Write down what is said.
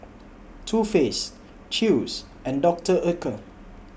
Too Faced Chew's and Doctor Oetker